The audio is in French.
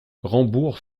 rambourg